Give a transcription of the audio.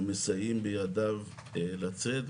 אנחנו מסייעים בידיו לצאת,